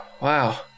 Wow